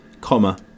comma